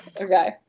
okay